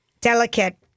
Delicate